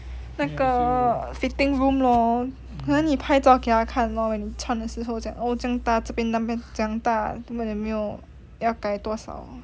fitting room lor then 你拍照片给他看 kan lor 你穿的时候讲这样大这边这么大有没有要改多少